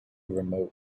remote